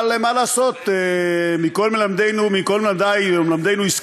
אבל מה לעשות, מכל מלמדינו השכלנו,